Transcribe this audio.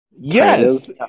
Yes